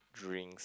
drinks